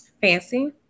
Fancy